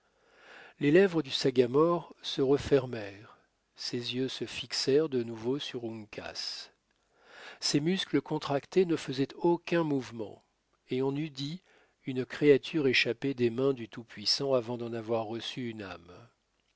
les lèvres du sagamore se refermèrent ses yeux se fixèrent de nouveau sur uncas ses muscles contractés ne faisaient aucun mouvement et on eût dit une créature échappée des mains du tout-puissant avant d'en avoir reçu une âme